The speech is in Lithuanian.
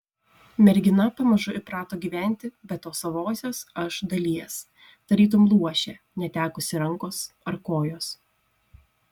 mergina pamažu įprato gyventi be tos savosios aš dalies tarytum luošė netekusi rankos ar kojos